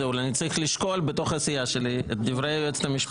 אולי אני צריך לשקול בתוך הסיעה שלי את דברי היועצת המשפטית.